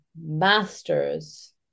Master's